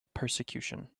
persecution